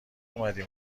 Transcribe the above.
اومدی